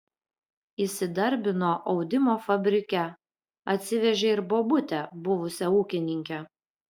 įsidarbino audimo fabrike atsivežė ir bobutę buvusią ūkininkę